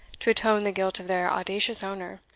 to atone the guilt of their audacious owner,